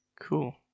Cool